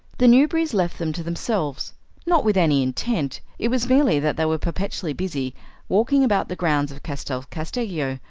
the newberrys left them to themselves not with any intent it was merely that they were perpetually busy walking about the grounds of castel casteggio,